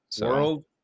World